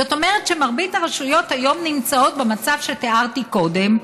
זאת אומרת שמרבית הרשויות נמצאות היום במצב שתיארתי קודם,